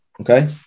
Okay